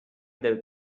del